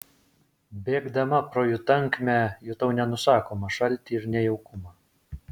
bėgdama pro jų tankmę jutau nenusakomą šaltį ir nejaukumą